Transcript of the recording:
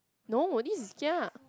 no this is kia